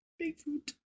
Bigfoot